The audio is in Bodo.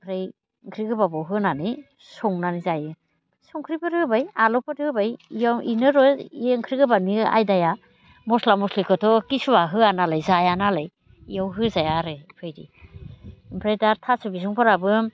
ओमफ्राय ओंख्रि गोबाबाव होनानै संनानै जायो संख्रिफोर होबाय आलुफोर होबाय बेयाव बेनोर' बे ओंख्रि गोबाबनि आयदाया मस्ला मस्लिखौथ' किसुआ होआ नालाय जाया नालाय बेयाव होजाया आरो बेफोरबायदि ओमफ्राय दा थास' बिसुंफोराबो